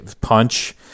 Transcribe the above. punch